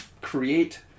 create